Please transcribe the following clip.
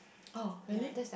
oh really